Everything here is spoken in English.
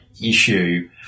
issue